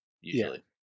usually